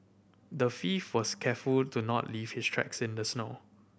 the thief was careful to not leave his tracks in the snow